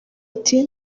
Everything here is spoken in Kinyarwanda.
ati